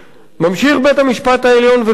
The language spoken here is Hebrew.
ממשיך בית-המשפט העליון וקובע: